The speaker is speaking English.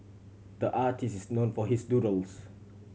the artist is known for his doodles